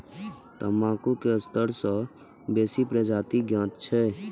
तंबाकू के सत्तर सं बेसी प्रजाति ज्ञात छै